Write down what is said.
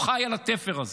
ביניהן, הוא חי על התפר הזה.